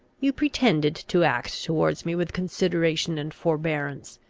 you pretended to act towards me with consideration and forbearance.